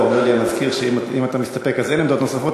משרד התשתיות הלאומיות,